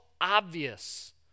obvious